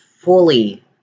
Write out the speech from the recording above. fully